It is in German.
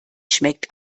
schmeckt